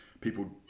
people